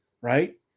right